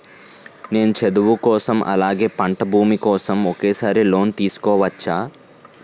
నేను చదువు కోసం అలాగే పంట భూమి కోసం ఒకేసారి లోన్ తీసుకోవచ్చా?